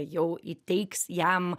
jau įteiks jam